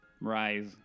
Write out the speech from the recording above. Rise